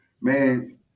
Man